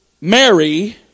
Mary